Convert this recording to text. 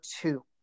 two